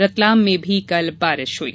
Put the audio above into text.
रतलाम में भी कल बारिश हुई